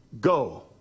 Go